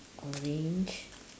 orange